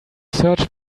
search